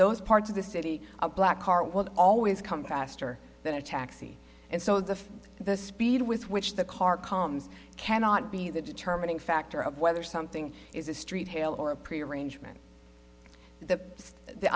those parts of the city a black car will always come faster than a taxi and so the the speed with which the car comes cannot be the determining factor of whether something is a street hail or a pre arrangement the the